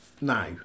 No